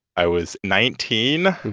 i was nineteen